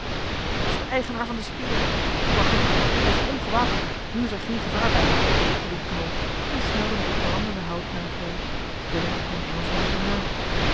dat is de eigenaar van de speer vooruit maar hij is ongewapend nu is er geen gevaar bij riep knol en snelde met het brandende hout naar het hol willem en de engelschman hem na